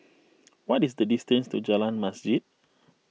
what is the distance to Jalan Masjid